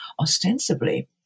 ostensibly